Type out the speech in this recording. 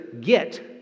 get